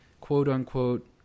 quote-unquote